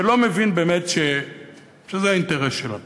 שלא מבין באמת שזה האינטרס שלנו.